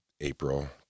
April